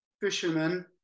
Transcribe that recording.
fisherman